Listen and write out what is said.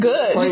Good